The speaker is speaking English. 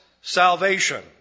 salvation